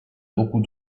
beaucoup